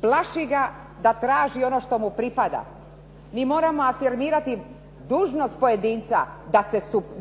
Plaši ga da traži ono što mu pripada. Mi moramo afirmirati dužnost pojedinca